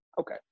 Okay